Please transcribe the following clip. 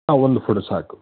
ಹಾಂ ಒಂದು ಫೋಟೊ ಸಾಕು